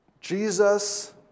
Jesus